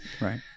Right